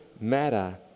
matter